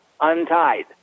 untied